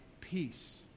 peace